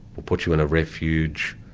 we'll put you in a refuge.